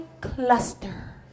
Cluster